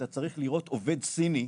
אתה צריך לראות עובד סיני,